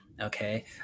Okay